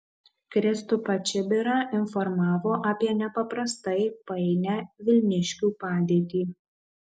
kristupą čibirą informavo apie nepaprastai painią vilniškių padėtį